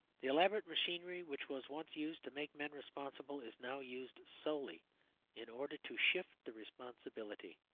the elaborate machinery which was once used to make men responsible is now used solely in order to shift the responsibility.